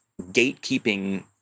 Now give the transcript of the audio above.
gatekeeping